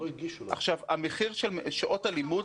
המחיר של שעות הלימוד,